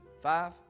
five